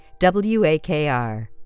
WAKR